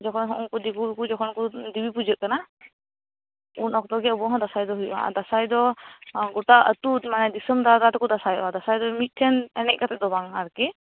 ᱡᱚᱠᱷᱚᱱ ᱦᱚᱸ ᱩᱱᱠᱩ ᱫᱤᱠᱩ ᱠᱚ ᱠᱚ ᱡᱚᱠᱷᱚᱱ ᱠᱳ ᱫᱤᱵᱤᱯᱩᱡᱟ ᱜ ᱠᱟᱱᱟ ᱩᱱ ᱚᱠᱛᱚ ᱜᱮ ᱟᱵᱚ ᱦᱚᱸ ᱫᱟᱥᱟᱸᱭ ᱫᱚ ᱦᱩᱭᱩᱜ ᱼᱟ ᱫᱟᱥᱟᱸᱭ ᱫᱚ ᱜᱚᱴᱟ ᱟ ᱛᱩ ᱢᱟᱱᱮ ᱫᱤᱥᱚᱢ ᱫᱟᱸᱲᱟ ᱫᱟᱸᱲᱟ ᱛᱮᱠᱚ ᱫᱟᱥᱟᱸᱭ ᱚᱜ ᱼᱟ ᱫᱟᱥᱟᱸᱭ ᱫᱚ ᱢᱤᱫᱴᱷᱮᱱ ᱮᱱᱮᱡ ᱠᱟᱛᱮ ᱫᱚ ᱵᱟᱝᱟ ᱟᱨᱠᱤ